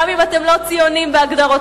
גם אם אתם לא ציונים בהגדרותיכם.